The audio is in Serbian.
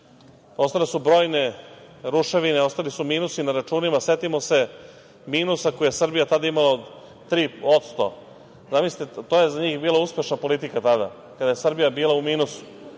ostale su brojne ruševine, ostali su minusi na računima. Setimo se minusa koje je Srbija tada imala 3%. Zamislite, to je za njih bila uspešna politika tada kada je Srbija bila u minusu.